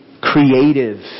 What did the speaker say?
creative